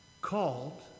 called